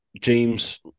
James